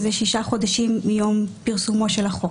זה 6 חודשים מיום פרסומו של החוק.